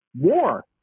war